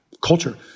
culture